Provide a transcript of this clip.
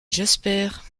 j’espère